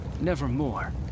nevermore